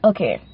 Okay